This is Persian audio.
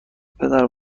پدر